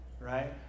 right